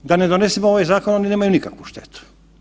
Da ne donesemo ovaj zakon oni nemaju nikakvu štetu.